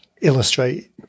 illustrate